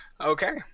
Okay